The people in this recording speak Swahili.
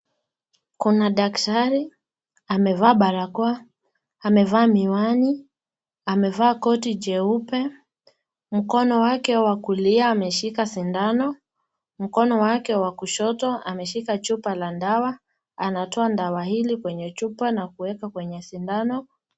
Kuna daktari amevaa barakoa, amevaa miwani amevaa kohi jeupe mkono wake wa kulia ameshika sindano, mkono wake wa kushoto ameshika chupa la dawa anatoa dawa hili kwenye chupa kuweka kwenye sindano .